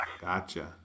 Gotcha